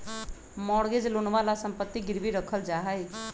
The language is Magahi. मॉर्गेज लोनवा ला सम्पत्ति गिरवी रखल जाहई